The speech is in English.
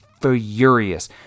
furious